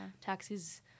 taxis